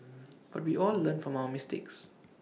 but we all learn from our mistakes